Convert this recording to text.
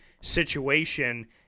situation